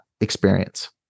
experience